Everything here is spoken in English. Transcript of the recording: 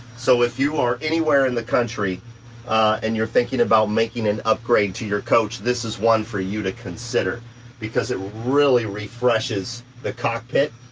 so if you are anywhere in the country and you're thinking about making an upgrade to your coach, this is one for you to consider because it really refreshes the cockpit.